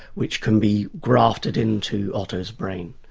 which can be grafted into otto's brain.